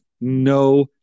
no